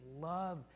love